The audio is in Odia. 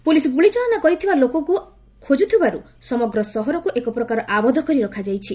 ପୁଲିସ ଗୁଳିଚାଳନା କରିଥିବା ଲୋକକୁ ଖୋକୁଥିବାରୁ ସମଗ୍ର ସହରକୁ ଏକପ୍ରକାରର ଆବଦ୍ଧ କରି ରଖାଯାଇଛି